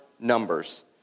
numbers